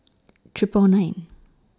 Triple nine